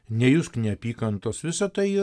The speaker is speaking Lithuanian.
nejusk neapykantos visa tai